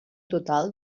total